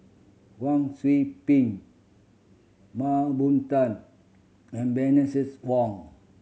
Wang Sui Pick Mah Bow Tan and Bernices Wong